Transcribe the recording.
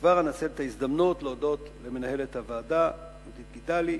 וכבר אנצל את ההזדמנות להודות למנהלת הוועדה יהודית גידלי,